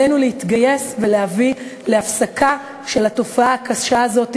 עלינו להתגייס ולהביא להפסקה של התופעה הקשה הזאת,